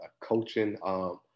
coaching –